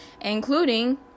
including